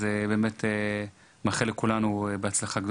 אני מאחל לכולנו בהצלחה,